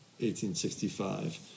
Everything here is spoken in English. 1865